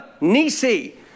Nisi